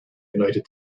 united